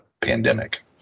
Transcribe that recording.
pandemic